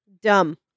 Dumb